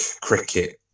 cricket